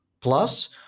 Plus